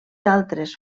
altres